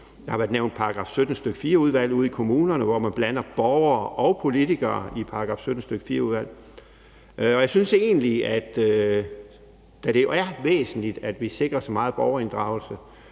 Der har været nævnt § 17, stk. 4-udvalg ude i kommunerne, hvor man blander borgere og politikere i § 17, stk. 4-udvalg. Jeg synes egentlig, da det jo er væsentligt, at vi sikrer så meget borgerinddragelse